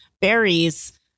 berries